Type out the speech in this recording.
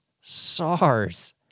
SARS